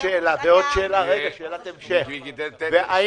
עד שלא יהיה תקציב